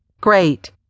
Great